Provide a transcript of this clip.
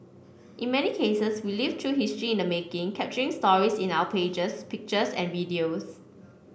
in many cases we live through history in the making capturing stories in our pages pictures and videos